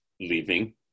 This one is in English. leaving